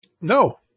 No